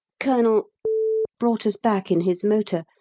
colonel brought us back in his motor,